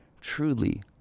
truly